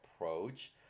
approach